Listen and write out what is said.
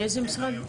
מאיזה משרד?